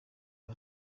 uba